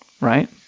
right